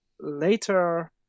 later